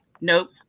nope